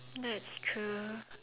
that's true